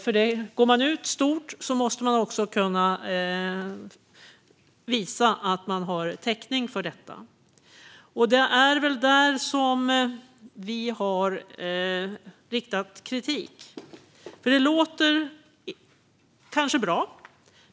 Om man går ut stort måste man kunna visa att man har täckning för det, och det är där som vi har riktat kritik. Det låter kanske bra.